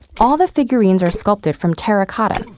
all the figurines are sculpted from terracotta,